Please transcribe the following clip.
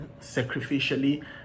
sacrificially